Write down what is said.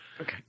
Okay